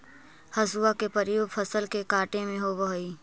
हसुआ के प्रयोग फसल के काटे में होवऽ हई